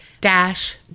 dash